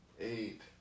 eight